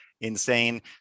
insane